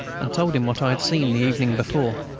and told him what i had seen the evening before.